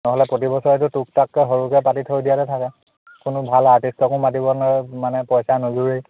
নহ'লে প্ৰতিবছৰেটো তোকতাককৈ সৰুকৈ পাতি থৈ দিয়াতে থাকে কোনো ভাল আৰ্টিষ্টকো মাতিব নোৱাৰোঁ মানে পইচা নোযোৰেই